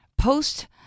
Post